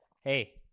Hey